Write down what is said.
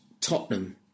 Tottenham